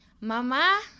Mama